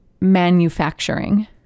Manufacturing